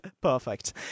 Perfect